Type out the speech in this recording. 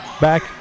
back